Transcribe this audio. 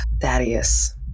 Thaddeus